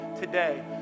today